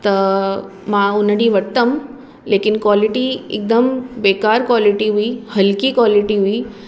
त मां उन ॾींहुं वरितमि लेकिन क्वॉलिटी एकदमि बेकार क्वॉलिटी हुई हलकी क्वॉलिटी हुई